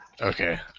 Okay